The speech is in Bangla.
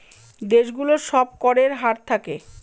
দেশ গুলোর সব করের হার থাকে